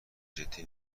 جدی